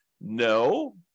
No